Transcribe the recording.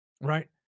Right